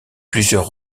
plusieurs